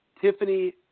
Tiffany